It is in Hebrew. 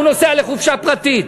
הוא נוסע לחופשה פרטית.